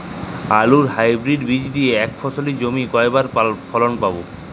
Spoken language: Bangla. আলুর হাইব্রিড বীজ দিয়ে এক ফসলী জমিতে কয়বার ফলন পাব?